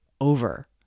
over